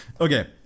Okay